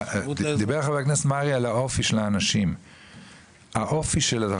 דיבר חה"כ מרעי על האופי של האנשים,